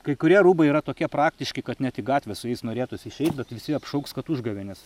kai kurie rūbai yra tokie praktiški kad net į gatvę su jais norėtųs išeit bet visi apšauks kad užgavėnės